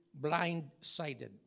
blindsided